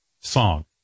song